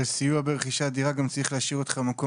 אבל סיוע ברכישת דירה גם צריך להשאיר אותך במקום